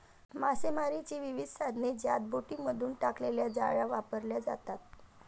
मासेमारीची विविध साधने ज्यात बोटींमधून टाकलेल्या जाळ्या वापरल्या जातात